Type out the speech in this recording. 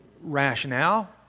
rationale